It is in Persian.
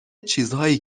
چیزهایی